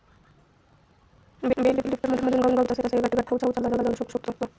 bell लिफ्टरमधून गवताचा एक गठ्ठा उचलला जाऊ शकतो